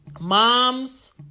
Moms